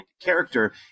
character